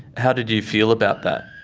how did you feel about that?